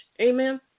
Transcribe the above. Amen